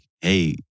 hey